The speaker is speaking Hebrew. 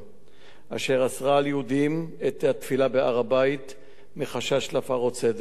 אשר אסרה על יהודים את התפילה בהר-הבית מחשש להפרות סדר ציבורי.